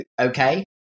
okay